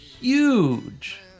huge